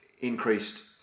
increased